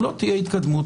אם לא תהיה התקדמות,